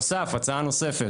בנוסף, הצעה נוספת.